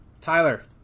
Tyler